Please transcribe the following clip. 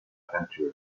peinture